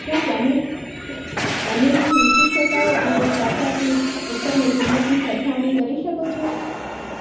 શું તમે અને ની વિશિષ્ટતાઓ અને ટાટા ક્લિક ઉપરની કિંમતની સરખામણી કરી શકો છો